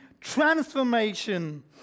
transformation